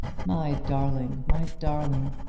my darling, my darling!